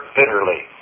bitterly